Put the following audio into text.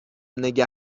نگه